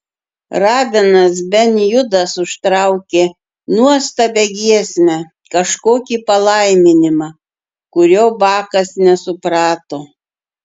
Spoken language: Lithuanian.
rabinas ben judas užtraukė nuostabią giesmę kažkokį palaiminimą kurio bakas nesuprato